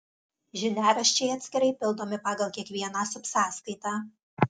žiniaraščiai atskirai pildomi pagal kiekvieną subsąskaitą